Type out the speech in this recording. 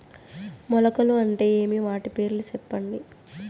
మొలకలు అంటే ఏమి? వాటి పేర్లు సెప్పండి?